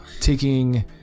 taking